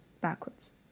backwards